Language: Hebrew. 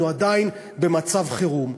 כאילו אנחנו עדיין במצב חירום.